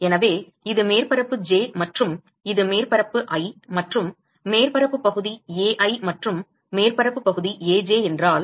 எனவே இது மேற்பரப்பு j மற்றும் இது மேற்பரப்பு i மற்றும் மேற்பரப்பு பகுதி Ai மற்றும் மேற்பரப்பு பகுதி Aj என்றால்